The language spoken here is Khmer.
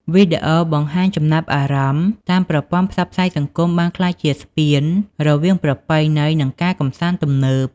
វីដេអូបង្ហាញចំណាប់អារម្មណ៍តាមប្រព័ន្ធផ្សព្វផ្សាយសង្គមបានក្លាយជាស្ពានរវាងប្រពៃណី និងការកម្សាន្តទំនើប។